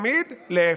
תמיד להפך.